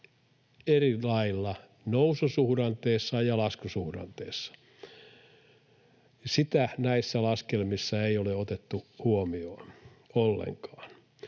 eri lailla noususuhdanteessa ja laskusuhdanteessa. Sitä näissä laskelmissa ei ole otettu huomioon ollenkaan.